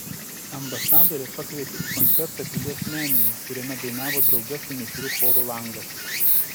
ambasadorė pakvietė į koncertą pilies menėje kuriame dainavo drauge su mišriu choru langas